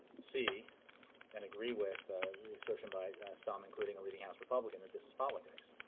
see and agree with the assertion by some, including a leading house republican, that this is politics.